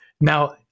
Now